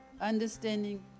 understanding